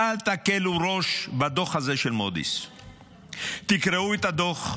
אל תקלו ראש בדוח הזה של מודי'ס, קראו את הדוח,